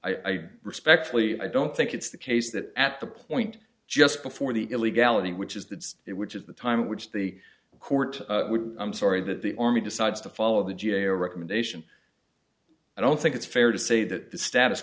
i respectfully i don't think it's the case that at the point just before the illegality which is that's it which is the time in which the court i'm sorry that the army decides to follow the g a o recommendation i don't think it's fair to say that the status